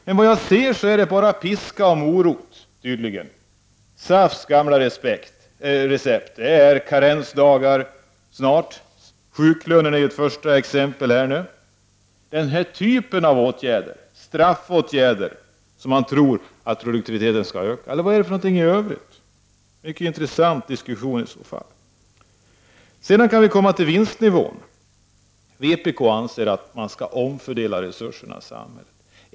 Men såvitt jag kan se är det nu bara fråga om piska och morot. Det är SAF:s gamla recept, karensdagar, som det snart gäller, och sjuklönen är ju nu ett första exempel. Det är den här typen av straffåtgärder som man tror skall medföra att produktiviteten ökar. Är det något i övrigt? Det vore i så fall en mycket intressant diskussion. I fråga om vinstnivån anser vpk att man skall omfördela resurserna i samhället.